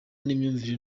n’imyumvire